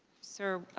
sir,